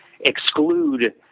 exclude